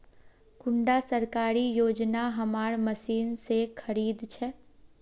कुंडा सरकारी योजना हमार मशीन से खरीद छै?